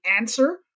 answer